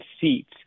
seats